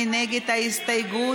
מי נגד ההסתייגות?